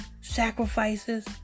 sacrifices